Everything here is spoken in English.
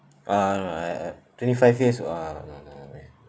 uh no I I twenty five years !wah! no no way